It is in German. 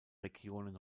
regionen